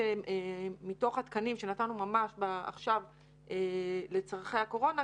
מתוך התקנים שנתנו ממש עכשיו לצורכי הקורונה,